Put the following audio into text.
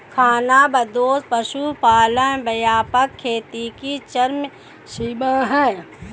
खानाबदोश पशुपालन व्यापक खेती की चरम सीमा है